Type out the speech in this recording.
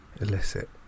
illicit